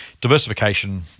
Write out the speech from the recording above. diversification